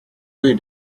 rue